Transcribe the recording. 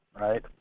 right